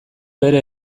bere